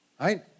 Right